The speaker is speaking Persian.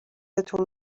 تون